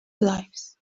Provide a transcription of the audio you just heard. lives